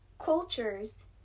cultures